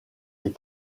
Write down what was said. des